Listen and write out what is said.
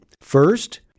First